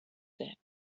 that